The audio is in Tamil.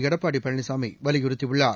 எடப்பாடி பழனிசாமி வலியுறுத்தியுள்ளார்